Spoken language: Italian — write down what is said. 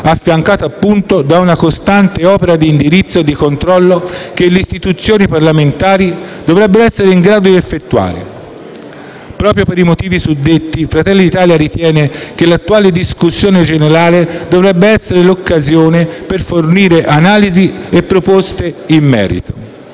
affiancato, appunto, da una costante opera di indirizzo e controllo che le istituzioni parlamentari dovrebbero essere in grado di effettuare. Proprio per i motivi suddetti Fratelli d'Italia ritiene che l'attuale discussione generale dovrebbe essere l'occasione per fornire analisi e proposte in merito.